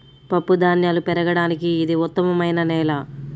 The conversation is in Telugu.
పప్పుధాన్యాలు పెరగడానికి ఇది ఉత్తమమైన నేల